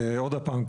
עוד פעם,